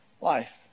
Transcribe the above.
life